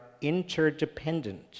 interdependent